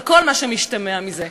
על כל מה שמשתמע מזה.